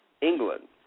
England